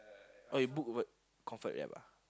oh you book what comfort app ah